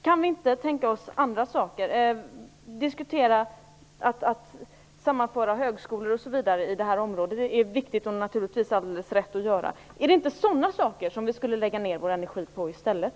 Kan vi inte tänka oss andra saker, t.ex. diskutera att sammanföra högskolor osv. i det här området? Det är viktigt och naturligtvis alldeles rätt att göra. Är det inte sådana saker som vi skulle lägga ned vår energi på i stället?